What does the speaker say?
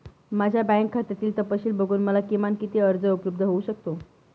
माझ्या बँक खात्यातील तपशील बघून मला किमान किती कर्ज उपलब्ध होऊ शकते?